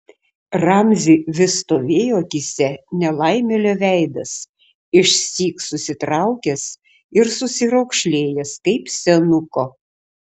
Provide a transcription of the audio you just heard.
ramziui vis stovėjo akyse nelaimėlio veidas išsyk susitraukęs ir susiraukšlėjęs kaip senuko